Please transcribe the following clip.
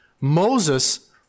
Moses